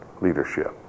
leadership